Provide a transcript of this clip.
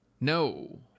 No